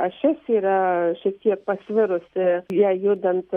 ašis yra šiek tiek pasvirusi jai judant